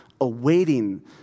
awaiting